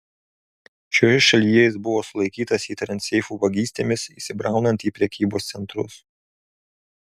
šioje šalyje jis buvo sulaikytas įtariant seifų vagystėmis įsibraunant į prekybos centrus